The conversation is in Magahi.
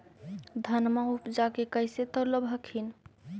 धनमा उपजाके कैसे तौलब हखिन?